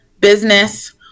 business